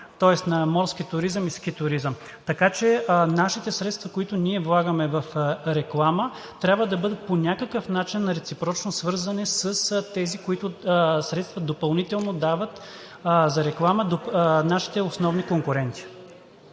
тоест на морски туризъм и на ски туризъм. Така че нашите средства, които ние влагаме в реклама, трябва да бъдат по някакъв начин реципрочно свързани с тези средства, които допълнително дават за реклама нашите основни конкуренти.